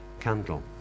candle